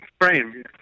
frame